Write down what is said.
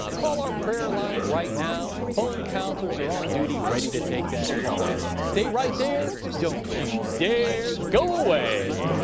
call our prayer line right now. phone counselors are on duty ready to take that call. stay right there, don't you dare go away!